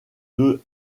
deux